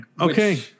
okay